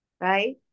right